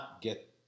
get